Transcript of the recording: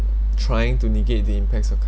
trying to negate the impacts of